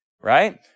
right